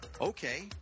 Okay